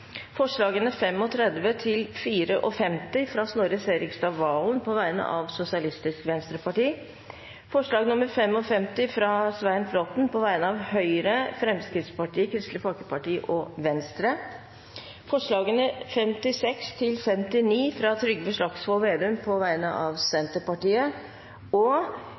fra Snorre Serigstad Valen på vegne av Sosialistisk Venstreparti forslag nr. 55, fra Svein Flåtten på vegne av Høyre, Fremskrittspartiet, Kristelig Folkeparti og Venstre forslagene nr. 56–59, fra Trygve Slagsvold Vedum på vegne av Senterpartiet